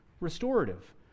restorative